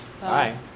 Bye